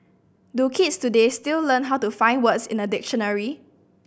do kids today still learn how to find words in a dictionary